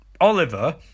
Oliver